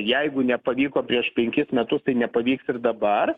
jeigu nepavyko prieš penkis metus tai nepavyks ir dabar